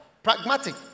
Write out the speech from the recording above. Pragmatic